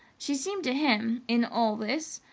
she seemed to him, in all this,